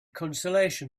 consolation